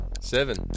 Seven